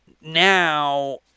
now